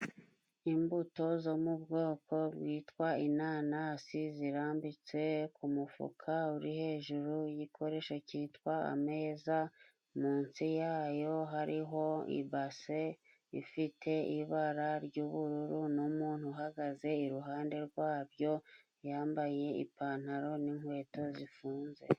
Imbuto zo mu bwoko bwitwa inanasi, zirambitse ku mufuka uri hejuru y'igikoresho kitwa ameza, munsi yayo hariho ibase ifite ibara ry'ubururu n'umuntu uhagaze iruhande rwabyo yambaye ipantaro n'inkweto zifunze.